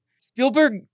Spielberg